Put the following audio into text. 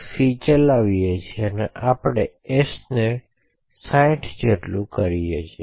c ચલાવી આપણે s ને 60 ની બરાબર કરીયે છીયે